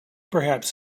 perhaps